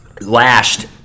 lashed